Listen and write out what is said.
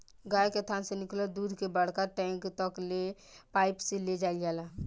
गाय के थान से निकलल दूध के बड़का टैंक तक ले पाइप से ले जाईल जाला